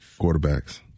Quarterbacks